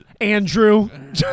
Andrew